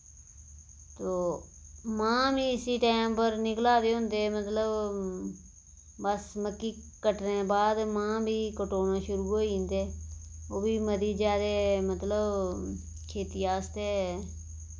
तो माह्ं बी इसी टैम पर निकला दे होंदे मतलब बस मक्की कटने दे बाद माह्ं बी कटोने शुरू होई जन्दे ओह् बी मति ज्यादे मतलब खेती आस्तै